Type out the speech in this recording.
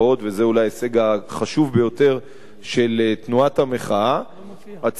וזה אולי ההישג החשוב ביותר של תנועת המחאה הציבור,